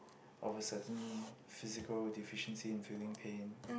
or I was certain physical deficiency infilling pain